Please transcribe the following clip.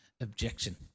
objection